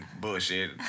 bullshit